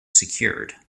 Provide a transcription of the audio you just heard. secured